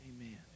Amen